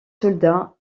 soldats